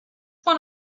one